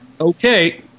Okay